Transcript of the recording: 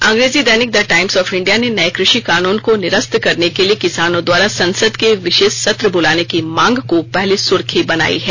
अंग्रेजी दैनिक the Times of India ने नये कृषि कानून को निरस्त करने के लिए किसानों द्वारा संसद के विषेष सत्र बुलाने की मांग को पहली सुर्खी बनायी है